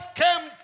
came